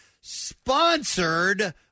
sponsored